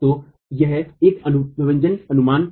तो यह एक अनुभवजन्य अनुमान है